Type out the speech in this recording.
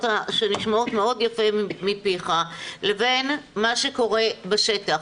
שנשמעות מאוד יפה מפיך לבין מה שקורה בשטח.